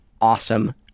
awesome